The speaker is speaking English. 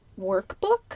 workbook